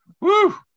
Woo